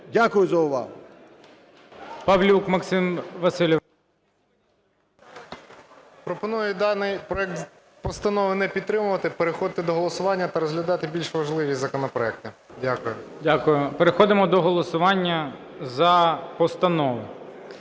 Дякую за увагу.